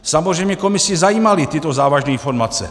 Samozřejmě komisi zajímaly tyto závažný formace.